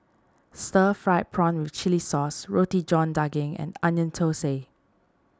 Stir Fried Prawn with Chili Sauce Roti John Daging and Onion Thosai